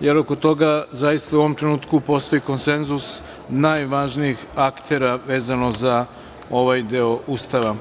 jer oko toga zaista u ovom trenutku postoji konsenzus najvažnijih aktera vezano za ovaj deo Ustava.